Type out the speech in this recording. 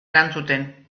erantzuten